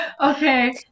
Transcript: Okay